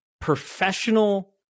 professional